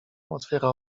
otwiera